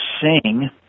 sing